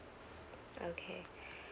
okay